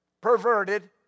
Perverted